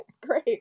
Great